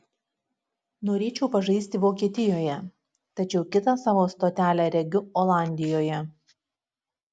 norėčiau pažaisti vokietijoje tačiau kitą savo stotelę regiu olandijoje